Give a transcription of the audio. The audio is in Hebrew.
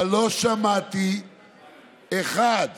החלטת